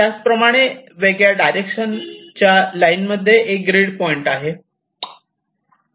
त्याचप्रमाणे वेगळ्या डायरेक्शन च्या लाईन मध्ये एक ग्रीड पॉईंट आहे